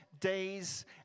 days